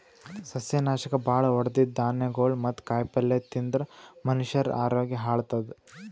ಸಸ್ಯನಾಶಕ್ ಭಾಳ್ ಹೊಡದಿದ್ದ್ ಧಾನ್ಯಗೊಳ್ ಮತ್ತ್ ಕಾಯಿಪಲ್ಯ ತಿಂದ್ರ್ ಮನಷ್ಯರ ಆರೋಗ್ಯ ಹಾಳತದ್